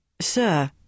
Sir